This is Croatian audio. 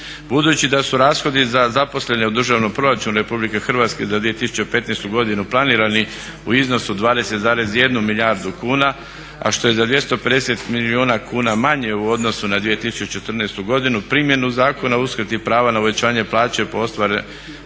Budući da su rashodi za zaposlene u državnom proračunu RH za 2015. godinu planirani u iznosu 20,1 milijardu kuna a što je za 250 milijuna kuna manje u odnosu na 2014. godinu primjenu Zakona o uskrati prava na uvećanje plaće po osnovi